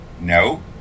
no